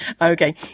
Okay